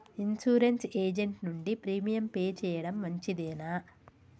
Insurance agent నుండి premium pay చేయడం మంచిదేనా?